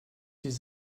sich